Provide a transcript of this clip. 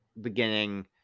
beginning